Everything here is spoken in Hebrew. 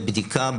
בבדיקה,